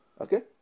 Okay